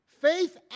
faith